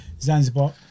Zanzibar